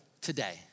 today